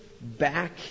back